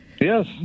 Yes